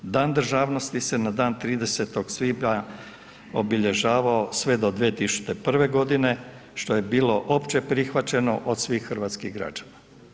Dan državnosti se na dan 30. svibnja obilježavao sve do 2001.g. što je bilo opće prihvaćeno od svih hrvatskih građana.